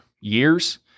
years